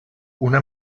una